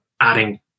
adding